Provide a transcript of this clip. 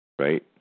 right